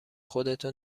خودتو